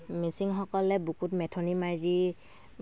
মিচিংসকলে বুকুত মেঠনি মাৰি